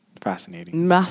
Fascinating